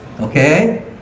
Okay